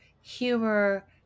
humor